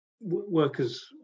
workers